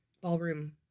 ballroom